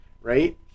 right